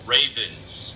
Ravens